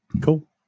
cool